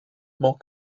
more